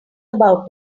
about